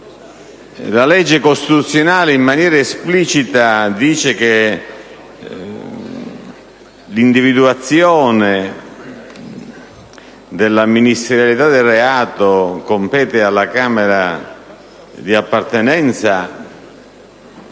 la legge costituzionale prevede in maniera esplicita che la decisione sulla ministerialità del reato compete alla Camera di appartenenza